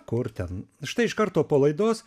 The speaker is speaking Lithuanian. kur ten štai iš karto po laidos